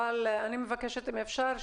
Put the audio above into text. אבל אני מבקשת אם אפשר,